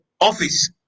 office